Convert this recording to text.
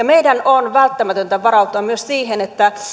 meidän on välttämätöntä varautua myös siihen että